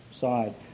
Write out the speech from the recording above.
side